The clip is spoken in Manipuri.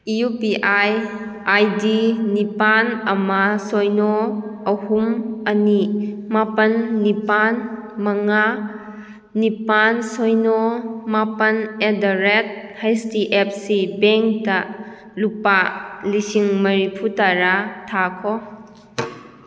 U P I I D ꯅꯤꯄꯥꯜ ꯑꯃ ꯁꯤꯅꯣ ꯑꯍꯨꯝ ꯑꯅꯤ ꯃꯥꯄꯜ ꯅꯤꯄꯥꯜ ꯃꯉꯥ ꯅꯤꯄꯥꯜ ꯁꯤꯅꯣ ꯃꯥꯄꯜ at the rate H D F C ꯕꯦꯡꯗ ꯂꯨꯄꯥ ꯂꯤꯁꯤꯡ ꯃꯔꯤꯐꯨꯇꯔꯥ ꯊꯥꯈꯣ